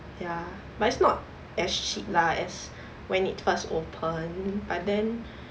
ya but it's not as cheap lah as when it first opened but then